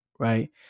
Right